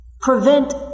prevent